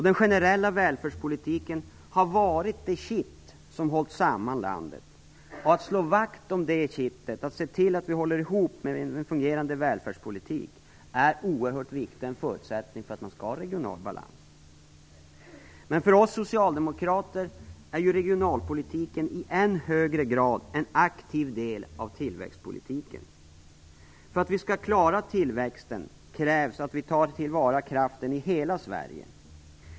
Den generella välfärdspolitiken har varit det kitt som hållit samman landet. Att slå vakt om det kittet, att hålla ihop en fungerande välfärdspolitik, är oerhört viktigt. Det är en förutsättning för regional balans. Men för oss socialdemokrater är regionalpolitiken i än högre grad en aktiv del av tillväxtpolitiken. För att vi skall klara tillväxten krävs att vi tar till vara kraften i hela Sverige.